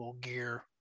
gear